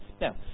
now